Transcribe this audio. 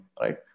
Right